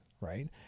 right